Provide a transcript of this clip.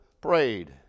prayed